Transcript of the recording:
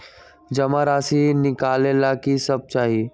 जमा राशि नकालेला कि सब चाहि?